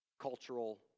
cultural